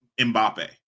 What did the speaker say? Mbappe